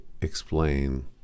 explain